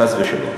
חס ושלום.